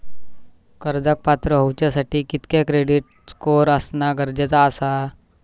कर्जाक पात्र होवच्यासाठी कितक्या क्रेडिट स्कोअर असणा गरजेचा आसा?